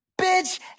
Bitch